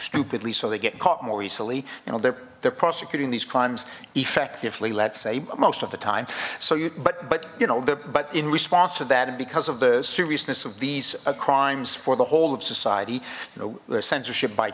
stupidly so they get caught more easily you know they're they're prosecuting these crimes effectively let's say but most of the time so you but but you know that but in response to that and because of the seriousness of these crimes for the whole of society you know the censorship by